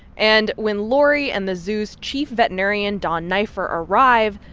and when laurie and the zoo's chief veterinarian don neiffer arrive,